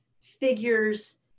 figures